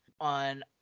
on